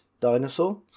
dinosaur